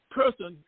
person